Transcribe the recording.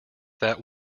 that